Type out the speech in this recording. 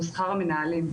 והוא שכר המנהלים.